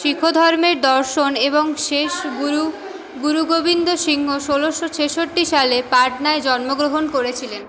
শিখ ধর্মের দর্শন এবং শেষ গুরু গুরু গোবিন্দ সিংহ ষোলোশো ছেষট্টি সালে পাটনায় জন্মগ্রহণ করেছিলেন